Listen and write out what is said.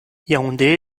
yaoundé